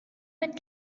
met